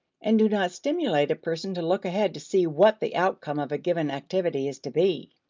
and do not stimulate a person to look ahead to see what the outcome of a given activity is to be.